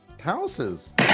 houses